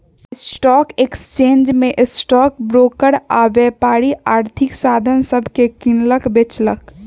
stock exchange में stock broker आऽ व्यापारी आर्थिक साधन सभके किनलक बेचलक